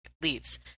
leaves